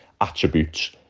attributes